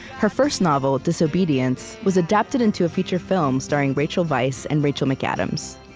her first novel, disobedience, was adapted into a feature film starring rachel weisz and rachel mcadams.